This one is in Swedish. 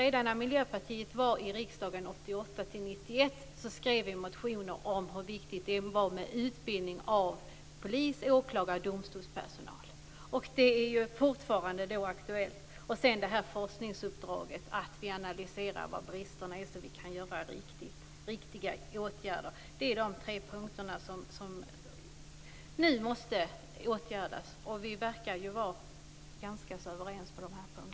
Redan när Miljöpartiet satt i riksdagen 1988-1991 skrev vi motioner om hur viktigt det är med utbildning av polis, åklagare och domstolspersonal. Detta är fortfarande aktuellt. Slutligen gäller det forskningsuppdraget: att vi analyserar var bristerna finns så att vi kan vidta riktiga åtgärder. Detta är de tre punkter som nu måste åtgärdas, och vi verkar ju vara ganska överens på de här punkterna.